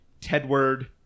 Tedward